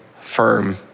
firm